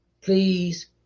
please